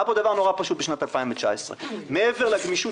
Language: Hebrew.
היה פה דבר נורא פשוט בשנת 2019. מעבר לגמישות